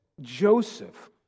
Joseph